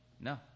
No